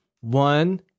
one